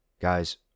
Guys